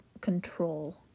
control